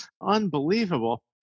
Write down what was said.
Unbelievable